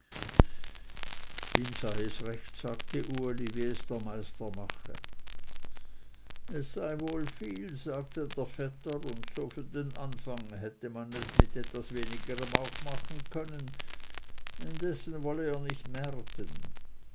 sei es recht sagte uli wie es der meister mache es sei wohl viel sagte der vetter und so für den anfang hätte man es mit etwas wenigerem auch machen können indessen wolle er nicht märten